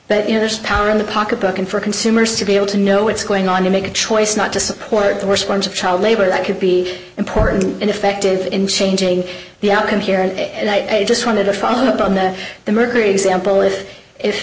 but you know there's power in the pocketbook and for consumers to be able to know what's going on to make a choice not to support the worst forms of child labor that could be important and effective in changing the outcome here and i just wanted to follow up on the the mercury example if if